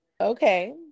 Okay